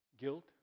guilt